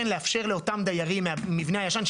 כן לאפשר לאותם דיירים מהמבנה הישן,